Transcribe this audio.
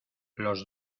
los